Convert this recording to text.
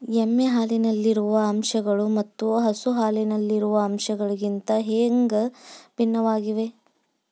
ಎಮ್ಮೆ ಹಾಲಿನಲ್ಲಿರುವ ಅಂಶಗಳು ಮತ್ತ ಹಸು ಹಾಲಿನಲ್ಲಿರುವ ಅಂಶಗಳಿಗಿಂತ ಹ್ಯಾಂಗ ಭಿನ್ನವಾಗಿವೆ?